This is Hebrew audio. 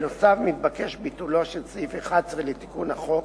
נוסף על כך מתבקש ביטולו של סעיף 11 לתיקון החוק,